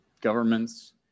governments